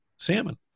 Salmon